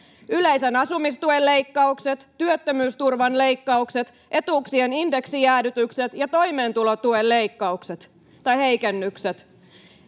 yleisen asumistuen leikkaukset, työttömyysturvan leikkaukset, etuuksien indeksijäädytykset ja toimeentulotuen heikennykset.